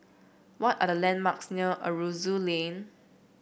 what are the landmarks near Aroozoo Lane